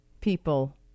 people